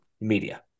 Media